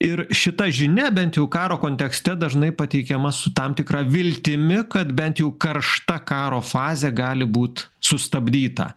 ir šita žinia bent jau karo kontekste dažnai pateikiama su tam tikra viltimi kad bent jau karšta karo fazė gali būt sustabdyta